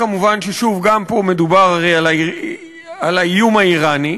כמובן, ששוב גם פה מדובר הרי על האיום האיראני,